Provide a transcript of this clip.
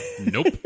Nope